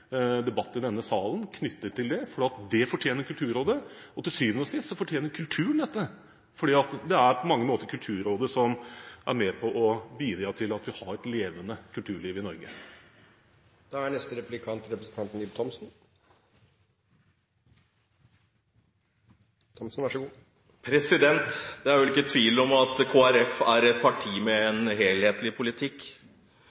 debatt i denne sal knyttet til det. Det fortjener Kulturrådet, og til syvende og sist fortjener kulturen dette, for det er på mange måter Kulturrådet som er med på å bidra til at vi har et levende kulturliv i Norge. Det er vel ikke tvil om at Kristelig Folkeparti er et parti med en